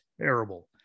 terrible